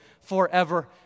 forever